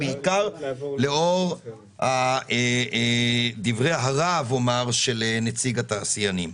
בעיקר לאור דברי הרהב של נציג התעשיינים.